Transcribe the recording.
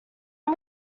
are